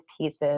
pieces